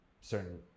certain